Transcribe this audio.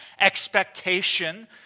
expectation